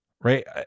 right